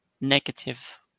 negative